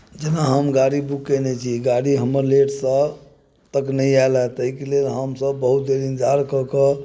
जेना हम गाड़ी बुक कयने छी गाड़ी हमर लेटसँ तक नहि आयलए तऽ एहिके लेल हमसभ बहुत देर इन्तजार कऽ कऽ